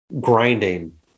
grinding